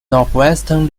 northwestern